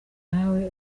nawe